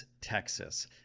Texas